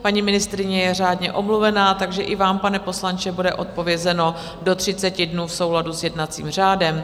Paní ministryně je řádně omluvena, takže i vám, pane poslanče, bude odpovězeno do 30 dnů v souladu s jednacím řádem.